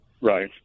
Right